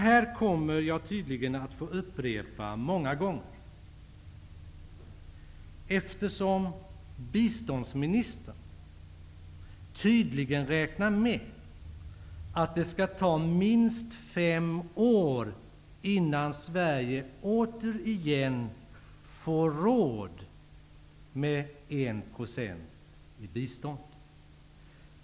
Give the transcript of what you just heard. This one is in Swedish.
Jag kommer förmodligen att få upprepa detta många gånger, eftersom biståndsministern tydligen räknar med att det skall ta minst fem år innan Sverige återigen ''får råd'' med 1 % i bistånd.